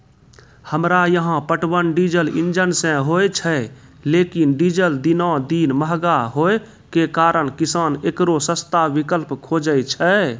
हमरा यहाँ पटवन डीजल इंजन से होय छैय लेकिन डीजल दिनों दिन महंगा होय के कारण किसान एकरो सस्ता विकल्प खोजे छैय?